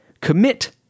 Commit